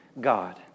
God